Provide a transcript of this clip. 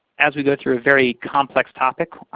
as we go through a very complex topic.